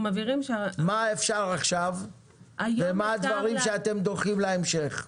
מה אפשר עכשיו ומה הדברים שאתם דוחים להמשך.